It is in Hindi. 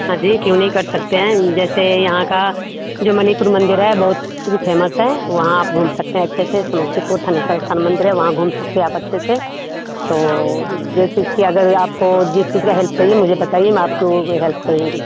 हाँ जी क्यों नहीं कर सकते हैं जैसे यहाँ का जो मणिपुर मंदिर है बहुत पूरी फेमस है वहाँ आप घूम सकते हैं अच्छे से समस्तीपुर थानेश्वर स्थान मंदिर है वहाँ घूम सकते हैं आप अच्छे से तो जैसे कि अगर आपको जिस चीज़ की हेल्प चाहिए मुझे बताइए मैं आपको वो हेल्प करूँगी